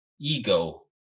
ego